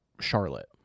Charlotte